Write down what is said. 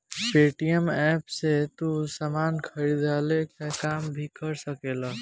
Paytm app से तू सामान खरीदला के काम भी कर सकेला